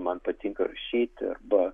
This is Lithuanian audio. man patinka rašyti arba